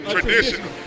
Traditional